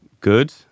Good